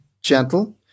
gentle